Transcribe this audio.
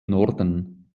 norden